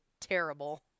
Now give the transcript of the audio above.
terrible